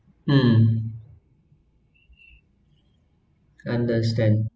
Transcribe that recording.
mm understand